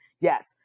Yes